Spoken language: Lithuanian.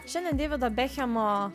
šiandien deivido bekhemo